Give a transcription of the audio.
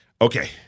Okay